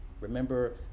Remember